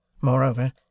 Moreover